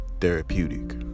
therapeutic